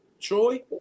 troy